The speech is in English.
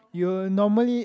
you'll normally